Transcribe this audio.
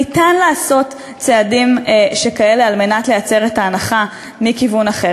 ניתן לעשות צעדים שכאלה על מנת לייצר את ההנחה מכיוון אחר.